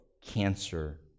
cancer